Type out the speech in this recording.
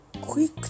quick